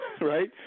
right